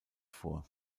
vor